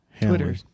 Twitter